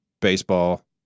baseball